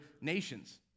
nations